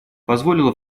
позволило